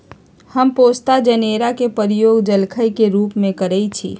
हम पोस्ता जनेरा के प्रयोग जलखइ के रूप में करइछि